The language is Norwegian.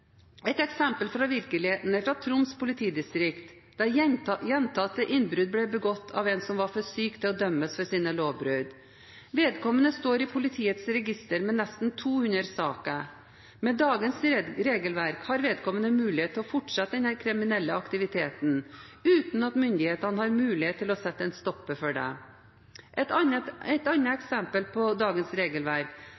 Et eksempel fra virkeligheten er fra Troms politidistrikt, der gjentatte innbrudd ble begått av en som var for syk til å dømmes for sine lovbrudd. Vedkommende står i politiets register med nesten 200 saker. Med dagens regelverk har vedkommende mulighet til å fortsette den kriminelle aktiviteten uten at myndighetene har mulighet til å sette en stopper for det. Et annet